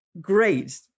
great